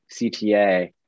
CTA